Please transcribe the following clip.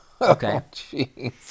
okay